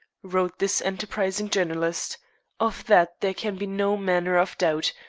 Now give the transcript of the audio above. wrote this enterprising journalist of that there can be no manner of doubt,